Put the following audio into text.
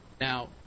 Now